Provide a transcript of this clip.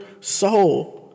soul